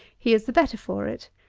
he is the better for it.